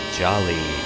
jolly